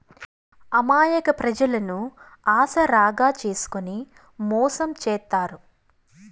అమాయక ప్రజలను ఆసరాగా చేసుకుని మోసం చేత్తారు